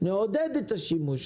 נעודד את השימוש